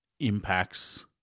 impacts